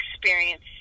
experience